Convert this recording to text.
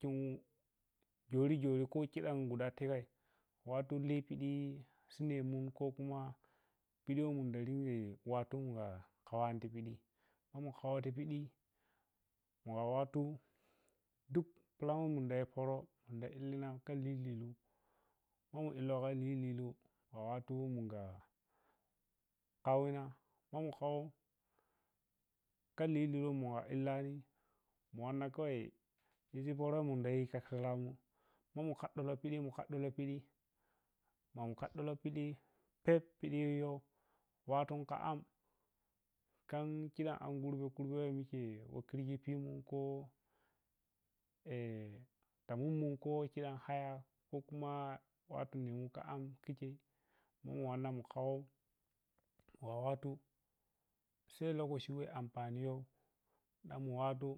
Khun jori jori kho khidan guda tagai wattu leh piɗi silemun kho khuma piɗi woh munda murweh wattu khowa piɗi ma mu khawa ti piɗi mugha wattu duk plan munda ua pərə munda illina kha lililuh a wattu mugha illani mu wanna khawai ɗiʒi pərəni munda yi ta khiranun ma mu kadduloh pili kadduloh pili ma mu kadduloh pili phep pili yoh wattu kha am kham khidan an kurbe mikhe wa khirgi kho khidan haya kho kuma wattu nimu kha am khi khei mu wama mu khau ma wattu sai lokaci weh anfan yoh wa wattu